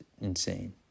insane